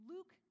Luke